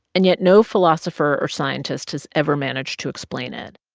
and yet, no philosopher or scientist has ever managed to explain it.